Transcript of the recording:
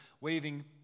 waving